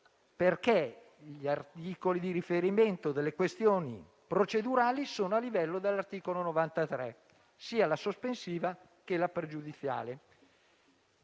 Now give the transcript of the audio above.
perché gli articoli di riferimento delle questioni procedurali sono a livello dell'articolo 93, sia la questione sospensiva che la questione pregiudiziale.